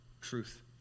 truth